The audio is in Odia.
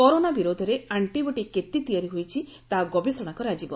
କରୋନା ବିରୋଧରେ ଆକ୍ଷିବଡ଼ି କେତେ ତିଆରି ହୋଇଛି ତାହା ଗବେଷଣା କରାଯିବ